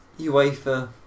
UEFA